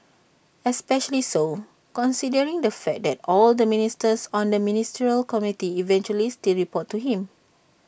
especially so considering the fact that all the ministers on the ministerial committee eventually still report to him